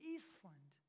Eastland